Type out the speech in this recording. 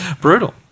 Brutal